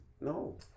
No